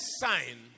sign